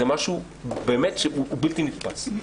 זה משהו באמת בלתי נתפס.